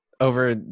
over